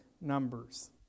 numbers